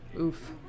Oof